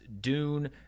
Dune